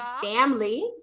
family